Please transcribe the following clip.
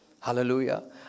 Hallelujah